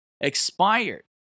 expired